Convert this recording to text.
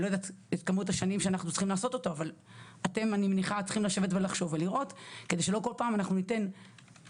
אני מניחה שאתם צריכים לחשוב ולראות כדי שלא כל פעם ניתן גלולה